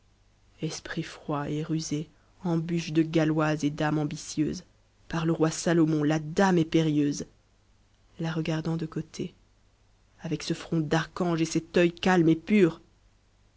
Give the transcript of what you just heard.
esprit froid et rusé embûche de galloise et d'âme ambitieuse par le roi salomon la dame est périlleuse r t y m em fm avec ce front d'archange et cet œil calme et pur